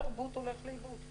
כל תחום התרבות הולך לאיבוד.